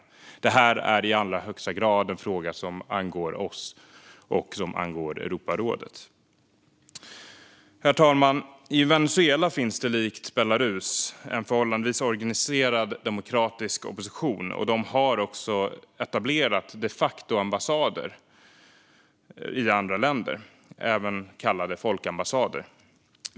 Det är i allra högsta grad en fråga som angår oss och Europarådet. Herr talman! I Venezuela finns det likt i Belarus en förhållandevis organiserad demokratisk opposition. De har också etablerat de facto-ambassader i andra länder, även kallade folkambassader.